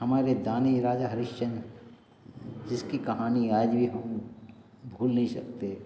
हमारे दानी राजा हरिश्चंद जिसकी कहानी आज भी हम भूल नहीं सकते